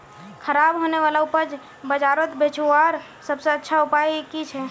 ख़राब होने वाला उपज बजारोत बेचावार सबसे अच्छा उपाय कि छे?